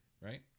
Right